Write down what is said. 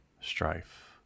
strife